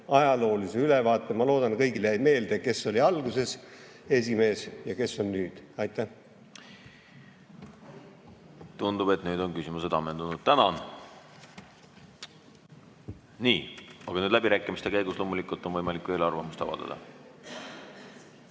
ajaloolise ülevaate. Ma loodan, et kõigile jäi meelde, kes oli alguses esimees ja kes on nüüd. Tundub, et nüüd on küsimused ammendunud. Tänan! Nii. Aga läbirääkimiste käigus on loomulikult võimalik veel arvamust avaldada.